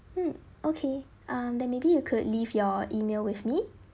mm okay um then maybe you could leave your email with me